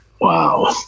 Wow